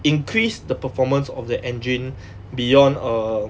increase the performance of the engine beyond err